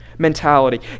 Mentality